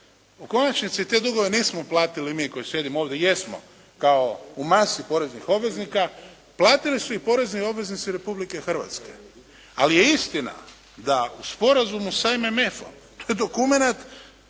U konačnici te dugove nismo uplatili mi koji sjedimo ovdje, jesmo kao u masi poreznih obveznika, platili su ih porezni obveznici Republike Hrvatske. Ali je istina da u sporazumu sa MMF-om, to je dokumenat,